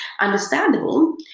Understandable